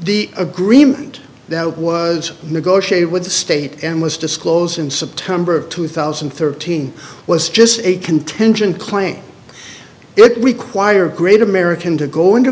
the agreement that was negotiated with the state and was disclosed in september of two thousand and thirteen was just a contingent claim it would require a great american to go into